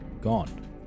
Gone